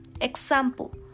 example